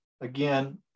Again